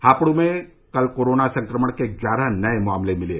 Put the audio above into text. हापुड़ में कल कोरोना संक्रमण के ग्यारह नए मामले मिले